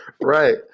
Right